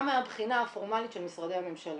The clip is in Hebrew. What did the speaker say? גם מהבחינה הפורמלית של משרדי הממשלה.